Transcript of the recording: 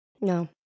No